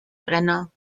brenner